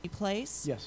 Yes